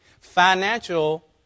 Financial